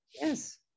yes